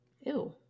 Ew